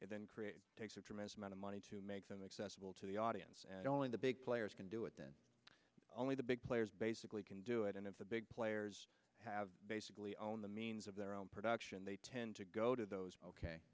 and then create takes a tremendous amount of money to make them accessible to the audience and only the big players can do it then only the big players basically can do it and of the big players have basically own the means of their own production they tend to go to those